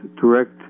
direct